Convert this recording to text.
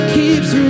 keeps